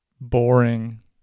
boring